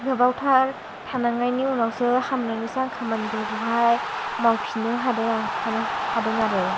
गोबावथार थानांनायनि उनावसो हामनानैसो आं खामानिफोरखौ हाय मावफिननो हादों हानाे हादों आरो